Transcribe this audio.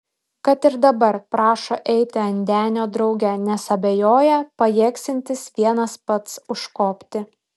kad ir dabar prašo eiti ant denio drauge nes abejoja pajėgsiantis vienas pats užkopti